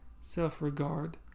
self-regard